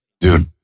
Dude